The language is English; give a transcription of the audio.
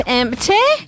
empty